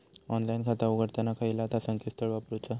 Online खाता उघडताना खयला ता संकेतस्थळ वापरूचा?